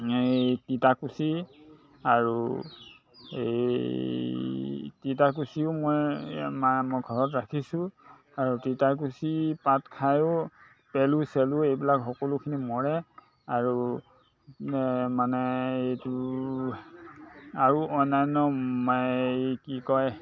এই তিতাকুচি আৰু এই তিতাকুছিও মই মই ঘৰত ৰাখিছোঁ আৰু তিতাকুচি পাত খায়ো পেলু চেলু এইবিলাক সকলোখিনি মৰে আৰু মানে এইটো আৰু অন্যান্য মানে এই কি কয়